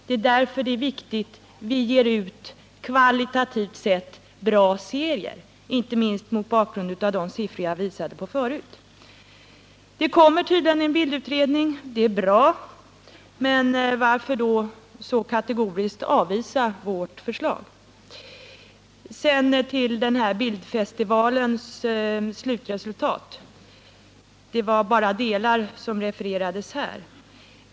Det är därför det är viktigt att ge ut kvalitativt sett bra serier — inte minst mot bakgrund av de siffror jag visade förut. Det kommer tydligen en bildutredning. Det är bra. Men varför då så kategoriskt avvisa vårt förslag? Sedan till bildfestivalens slutresultat. Det var bara delar som refererades här.